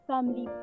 Family